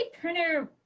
printer